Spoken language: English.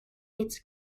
its